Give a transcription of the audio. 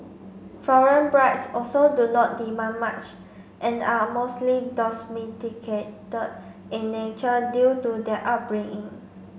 foreign brides also do not demand much and are mostly in nature due to their upbringing